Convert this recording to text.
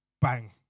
bang